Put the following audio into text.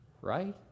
right